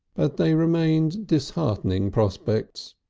but they remained disheartening prospects.